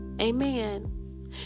Amen